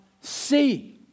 see